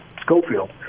Schofield